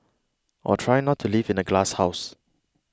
or try not to live in a glasshouse